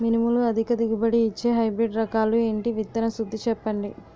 మినుములు అధిక దిగుబడి ఇచ్చే హైబ్రిడ్ రకాలు ఏంటి? విత్తన శుద్ధి చెప్పండి?